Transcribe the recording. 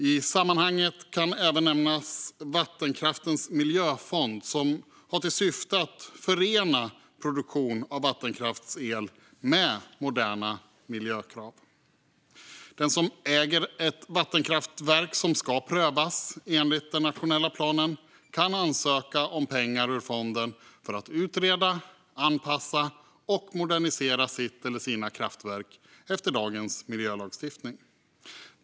I sammanhanget kan även nämnas Vattenkraftens Miljöfond, som har till syfte att förena produktion av vattenkraftsel med moderna miljökrav. Den som äger ett vattenkraftverk som ska prövas enligt den nationella planen kan ansöka om pengar ur fonden för att utreda, anpassa och modernisera sitt eller sina kraftverk efter dagens miljölagstiftning.